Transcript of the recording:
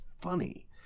funny